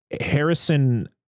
Harrison